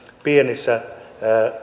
pienissä